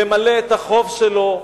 למלא את החוב שלו,